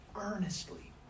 Earnestly